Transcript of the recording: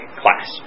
class